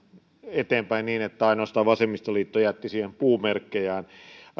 eteenpäin niin että ainoastaan vasemmistoliitto jätti siihen puumerkkejään